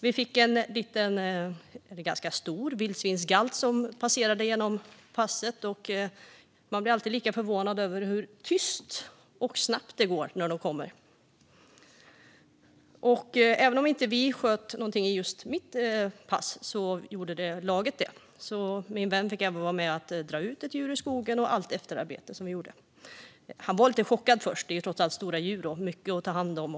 Det passerade en ganska stor vildsvinsgalt, och jag blir alltid lika förvånad över hur tyst och snabbt de rör sig. Även om vi två inte sköt någon älg gjorde laget det, så min vän fick vara med om att dra ut ett djur i skogen och delta i efterarbetet. Först var han lite chockad, för det är trots allt stora djur och mycket att ta hand om.